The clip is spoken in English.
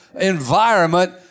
environment